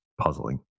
puzzling